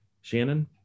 Shannon